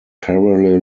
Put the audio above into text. parallel